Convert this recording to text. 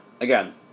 again